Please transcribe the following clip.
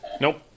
Nope